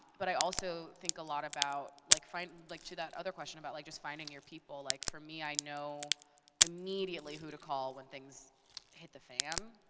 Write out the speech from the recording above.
but i also think a lot about like like to that other question about like just finding your people, like for me, i know immediately who to call when things hit the fan.